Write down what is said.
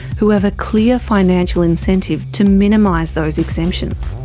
who have a clear financial incentive to minimise those exemptions.